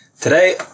Today